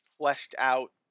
fleshed-out